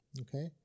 okay